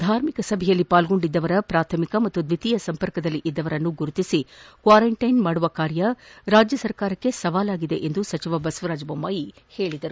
ಧಾರ್ಮಿಕ ಸಭೆಯಲ್ಲಿ ಪಾಲ್ಗೊಂಡಿದ್ದವರ ಪ್ರಾಥಮಿಕ ಹಾಗೂ ದ್ವಿತೀಯ ಸಂಪರ್ಕದಲ್ಲಿದ್ದವರನ್ನು ಗುರುತಿಸಿ ಕ್ವಾರಂಟೈನ್ ಮಾಡುವ ಕಾರ್ಯ ರಾಜ್ಯ ಸರ್ಕಾರಕ್ಕೆ ಸವಾಲಾಗಿದೆ ಎಂದು ಸಚಿವ ಬಸವರಾಜ್ ಬೊಮ್ಮಾಯಿ ಹೇಳಿದ್ದಾರೆ